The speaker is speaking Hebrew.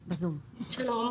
שלום,